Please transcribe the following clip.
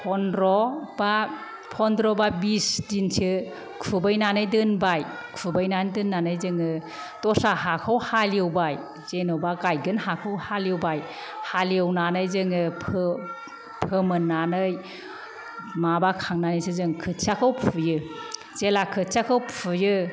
फनद्र बा फनद्र बा बिस दिनसो खुबैनानै दोनबाय खुबैनानै दोननानै जोङो दस्रा हाखौ हालेवबाय जेन'बा गायगोन हाखौ हालेवबाय हालेवनानै जोङो फोमोननानै माबा खांनानैसो जों खोथियाखौ फुयो जेला खोथियाखौ फुयो